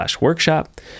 workshop